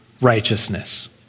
righteousness